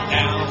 Down